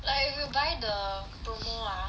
like if you buy the promo ah